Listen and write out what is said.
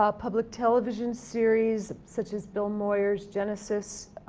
ah public television series such as bill moyers genesis,